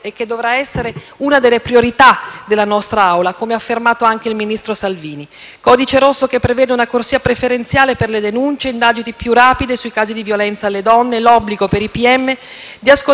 codice rosso prevede una corsia preferenziale per le denunce, indagini più rapide sui casi di violenza alle donne e l'obbligo per i pubblici ministeri di ascoltare le vittime entro tre giorni, forse troppi, perché il marito di Marisa andava fermato prima